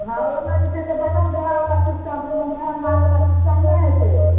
हाँ ओइमे जे छै से बटन दबाबयवला सिस्टम छै ओइमे मोहर मारयवला सिस्टम नहि हइ छै